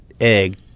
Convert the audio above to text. egg